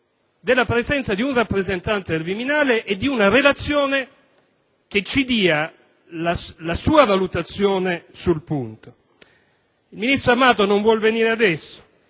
della presenza di un rappresentante del Viminale e di una relazione che ci dia la sua valutazione sul punto. Il ministro Amato non vuole venire adesso?